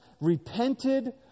repented